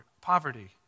poverty